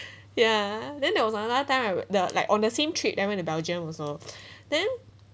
ya then there was another time the like on the same trip I went to belgium also then